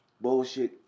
bullshit